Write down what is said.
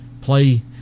play